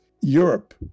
Europe